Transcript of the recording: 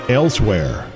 elsewhere